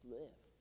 live